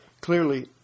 Clearly